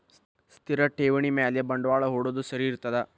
ಸ್ಥಿರ ಠೇವಣಿ ಮ್ಯಾಲೆ ಬಂಡವಾಳಾ ಹೂಡೋದು ಸರಿ ಇರ್ತದಾ?